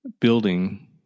building